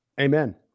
Amen